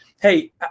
hey